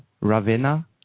Ravenna